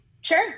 Sure